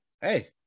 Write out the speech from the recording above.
hey